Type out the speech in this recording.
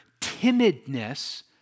timidness